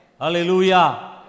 Hallelujah